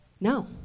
No